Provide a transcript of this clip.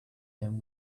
him